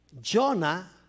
Jonah